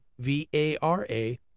V-A-R-A